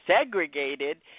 segregated